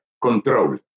control